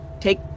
take